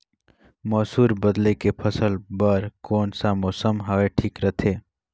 मसुर बदले के फसल बार कोन सा मौसम हवे ठीक रथे?